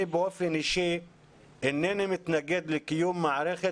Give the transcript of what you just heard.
אני באופן אישי אינני מתנגד לקיום מערכת